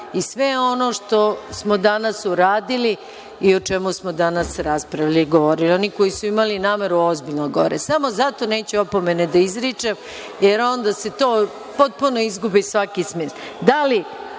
i sve ono što smo danas uradili o čemu smo danas raspravljali i govorili. Oni koji su imali nameru ozbiljnu da govore, samo zato neću opomene da izričem jer onda se potpuno izgubi svaki